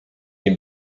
nie